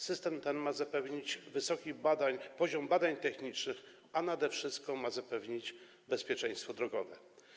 System ten ma zapewnić wysoki poziom badań technicznych, a nade wszystko ma zapewnić bezpieczeństwo drogowe.